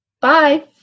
Bye